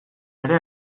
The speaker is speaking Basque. ere